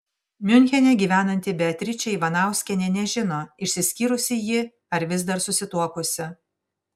miunchene gyvenanti beatričė ivanauskienė nežino išsiskyrusi ji ar vis dar susituokusi